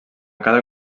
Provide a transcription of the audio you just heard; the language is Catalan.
cada